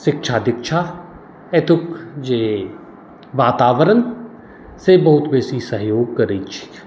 शिक्षा दीक्षा एतुक जे वातावरण से बहुत बेसी सहयोग करैत छैक